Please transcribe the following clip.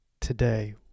today